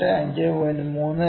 98 5